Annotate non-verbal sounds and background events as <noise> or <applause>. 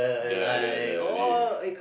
the the the <noise>